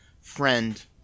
Friend